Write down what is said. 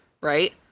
right